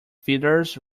feathers